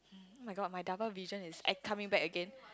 oh-my-god my double vision is coming back again